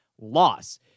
Loss